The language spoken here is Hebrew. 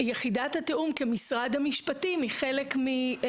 יחידת התאום כמשרד המשפטים היא חלק משיתוף הפעולה.